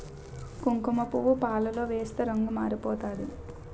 కుంకుమపువ్వు పాలలో ఏస్తే రంగు మారిపోతాది